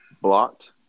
blocked